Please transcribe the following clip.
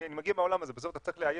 אני מגיע מהעולם הזה, בסוף אתה צריך לאייש.